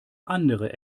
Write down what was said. andere